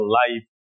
life